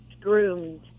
groomed